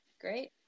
Great